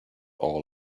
all